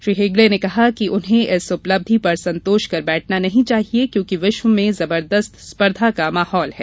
श्री हेगड़े ने कहा कि उन्हें इस उपलब्धि पर संतोष कर बैठना नहीं चाहिए क्योंकि विश्व में जबर्दस्त स्पर्धा का माहौल है